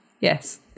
Yes